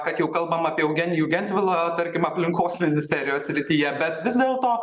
kad jau kalbam apie eugenijų gentvilą tarkim aplinkos ministerijos srityje bet vis dėlto